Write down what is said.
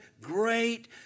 great